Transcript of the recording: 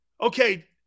Okay